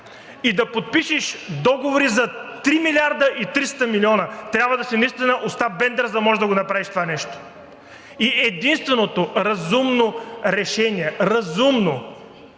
и да подпишеш договори за 3,3 милиарда? Трябва да си наистина Остап Бендер, за да можеш да го направиш това нещо. Единственото разумно решение – разумно,